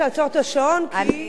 אני אעצור לך.